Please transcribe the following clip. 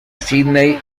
sídney